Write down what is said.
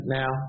now